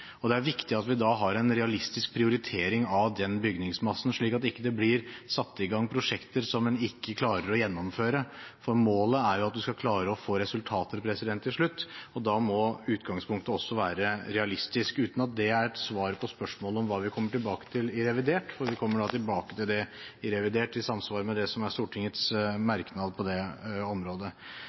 og det er viktig at vi da har en realistisk prioritering av den bygningsmassen, slik at det ikke blir satt i gang prosjekter som man ikke klarer å gjennomføre. Målet er jo at man skal klare å få resultater til slutt, og da må utgangspunktet også være realistisk, uten at det er et svar på spørsmålet om hva vi kommer tilbake til i revidert budsjett, for vi kommer tilbake til det i revidert budsjett i samsvar med det som er Stortingets merknad på det området.